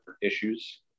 issues